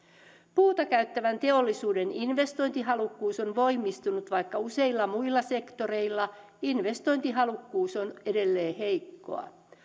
puuta käyttävän teollisuuden investointihalukkuus on voimistunut vaikka useilla muilla sektoreilla investointihalukkuus on edelleen heikkoa